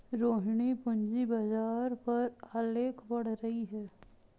रोहिणी पूंजी बाजार पर आलेख पढ़ रही है